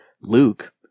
Luke